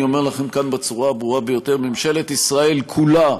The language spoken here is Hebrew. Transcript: אני אומר לכם כאן בצורה הברורה ביותר: ממשלת ישראל כולה